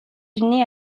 unis